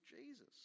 jesus